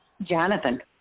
Jonathan